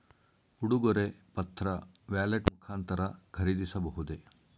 ಉಡುಗೊರೆ ಪತ್ರ ವ್ಯಾಲೆಟ್ ಮುಖಾಂತರ ಖರೀದಿಸಬಹುದೇ?